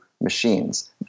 machines